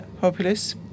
populists